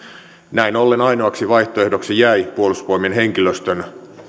näin ollen ainoaksi vaihtoehdoksi jäi puolustusvoi mien henkilöstön